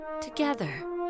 together